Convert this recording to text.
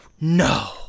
no